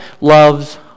loves